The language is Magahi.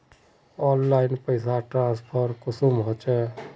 ऑनलाइन पैसा ट्रांसफर कुंसम होचे?